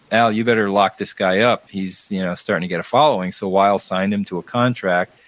al, you better lock this guy up. he's starting to get a following. so, weill signed him to a contract,